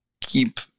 keep